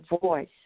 voice